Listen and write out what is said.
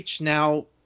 now